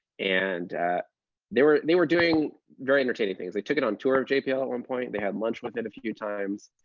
and they were they were doing very entertaining things. they took it on tour of jpl at one point, they had lunch with it a few times.